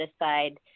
aside